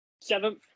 Seventh